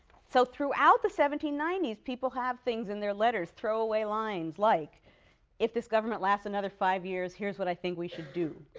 so throughout the seventeen ninety s, people have things in their letters, throwaway lines like if this government lasts another five years, here's what i think we should do